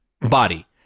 body